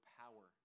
power